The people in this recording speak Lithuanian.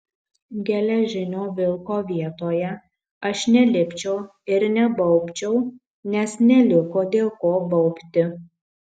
geležinio vilko vietoje aš nelipčiau ir nebaubčiau nes neliko dėl ko baubti